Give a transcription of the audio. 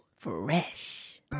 fresh